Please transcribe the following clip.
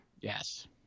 Yes